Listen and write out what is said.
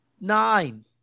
nine